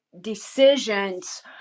decisions